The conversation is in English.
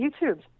YouTube